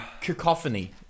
cacophony